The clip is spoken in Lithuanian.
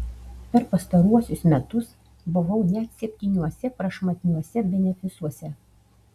per pastaruosius metus buvau net septyniuose prašmatniuose benefisuose